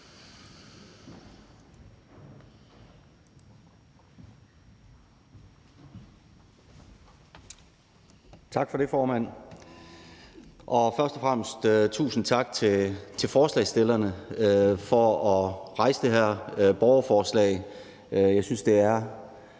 Tak for det, formand. Først og fremmest tusind tak til forslagsstillerne for at stille det her borgerforslag. Jeg synes, det er